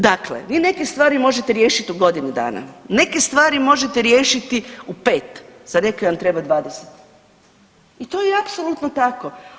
Dakle, vi neke stvari možete riješit u godinu dana, neke stvari možete riješiti u 5., za neke vam treba 20. i to je apsolutno tako.